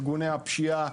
ארגוני הפשיעה.